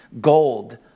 gold